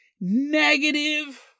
negative